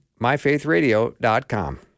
MyFaithRadio.com